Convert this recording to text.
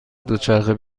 دوچرخه